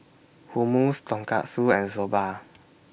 Hummus Tonkatsu and Soba